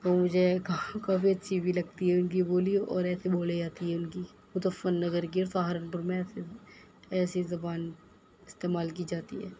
وہ مجھے کہاں کافی اچھی بھی لگتی ہے ان کی بولی اور ایسے بولے جاتی ہے ان کی مظفر نگر کی اور سہارنپور میں ایسے ایسی زبان استعمال کی جاتی ہے